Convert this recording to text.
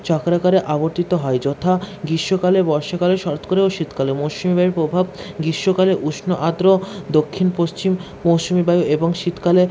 চক্রাকারে আবর্তিত হয় যথা গ্রীষ্মকাল বর্ষাকাল শরৎকাল ও শীতকাল মৌসুমী বায়ুর প্রভাব গ্রীষ্মকালে উষ্ণ আর্দ্র দক্ষিণ পশ্চিম মৌসুমী বায়ু এবং শীতকালে